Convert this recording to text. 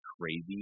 crazy